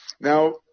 now